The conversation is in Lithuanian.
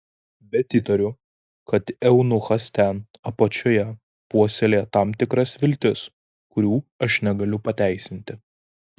bet įtariu kad eunuchas ten apačioje puoselėja tam tikras viltis kurių aš negaliu pateisinti